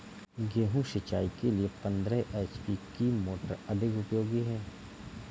गेहूँ सिंचाई के लिए पंद्रह एच.पी की मोटर अधिक उपयोगी है?